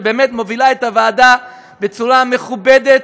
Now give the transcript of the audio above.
שבאמת מובילה את הוועדה בצורה מכובדת,